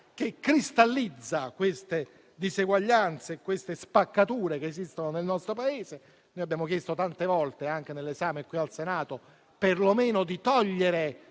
- cristallizza queste diseguaglianze e queste spaccature che esistono nel nostro Paese. Noi abbiamo chiesto tante volte, anche nell'esame qui al Senato, perlomeno di togliere